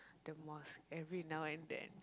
the mosque every now and then